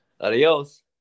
Adios